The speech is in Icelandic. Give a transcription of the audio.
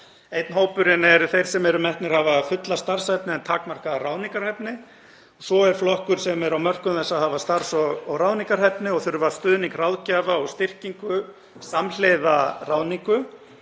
Einn hópurinn er þeir sem eru metnir hafa fulla starfshæfni en takmarkaða ráðningarhæfni. Svo er hópur sem er á mörkum þess að hafa starfs- og ráðningarhæfni og þarf stuðning ráðgjafa og styrkingu samhliða ráðningu